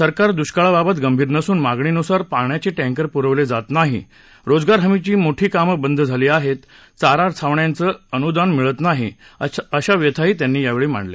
सरकार दुष्काळाबाबत गंभीर नसून मागणीनुसार पाण्याचे टँकर पुरवले जात नाही रोजगार हमीची मोठी कामं बंद झाली आहेत चारा छावण्यांचं अन्दान मिळत नाही अशा व्यथाही त्यांनी यावेळी मांडल्या